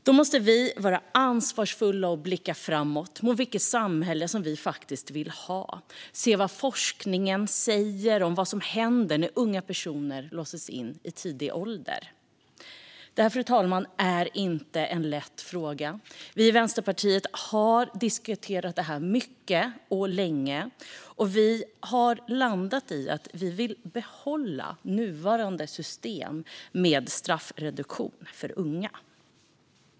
Vi måste vara ansvarsfulla och blicka framåt mot vilket samhälle som vi faktiskt vill ha och se vad forskningen säger om vad som händer när unga personer låses in i tidig ålder. Fru talman! Det är ingen lätt fråga. Vi i Vänsterpartiet har diskuterat detta mycket och länge och landat i att vi vill behålla nuvarande system med straffreduktion för unga.